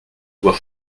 doit